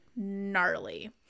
gnarly